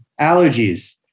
Allergies